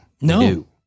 no